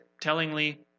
tellingly